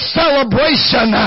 celebration